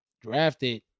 drafted